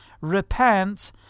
Repent